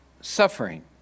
suffering